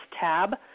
tab